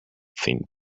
thin